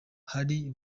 hari